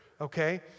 Okay